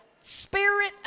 spirit